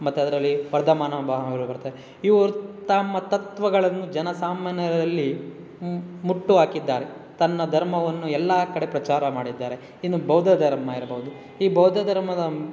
ಮತ್ತು ಅದರಲ್ಲಿ ವರ್ಧಮಾನ ಮಹಾವೀರ ಬರ್ತಾರೆ ಇವರು ತಮ್ಮ ತತ್ವಗಳನ್ನು ಜನ ಸಾಮಾನ್ಯರಲ್ಲಿ ಹುಟ್ಟುಹಾಕಿದ್ದಾರೆ ತನ್ನ ಧರ್ಮವನ್ನು ಎಲ್ಲ ಕಡೆ ಪ್ರಚಾರ ಮಾಡಿದ್ದಾರೆ ಇನ್ನು ಬೌದ್ಧ ಧರ್ಮ ಇರ್ಬೋದು ಈ ಬೌದ್ಧ ಧರ್ಮದ